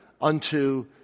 unto